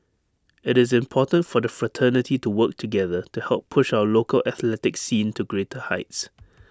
IT is important for the fraternity to work together to help push our local athletics scene to greater heights